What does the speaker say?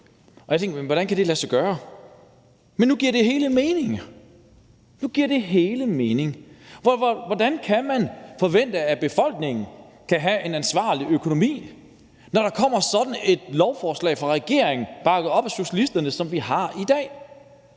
Jeg tænker: Hvordan kan det lade sig gøre? Men nu giver det hele mening, for hvordan kan man forvente, at befolkningen kan have en ansvarlig økonomi, når der kommer sådan et lovforslag fra regeringen, bakket op af socialisterne, som vi behandler i dag?